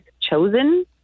chosen